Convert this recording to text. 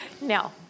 No